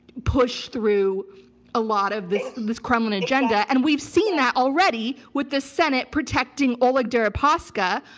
push through a lot of this this kremlin agenda. and we've seen that already with the senate protecting oleg deripaska,